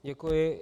Děkuji.